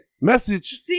Message